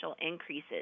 increases